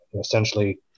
essentially